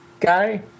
guy